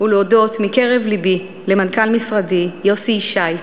ולהודות מקרב לבי למנכ"ל משרדי, יוסי ישי,